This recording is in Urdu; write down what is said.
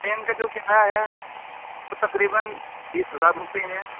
ٹرین کا جو کرایہ ہے وہ تقریباً بیس ہزار روپے ہے